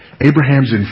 Abraham's